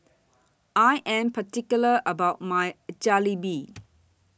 I Am particular about My Jalebi